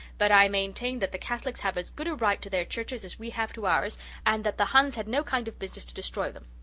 but i maintain that the catholics have as good a right to their churches as we have to ours and that the huns had no kind of business to destroy them.